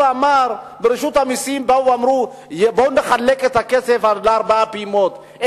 ברשות המסים אמרו שנחלק את הכסף לארבע פעימות,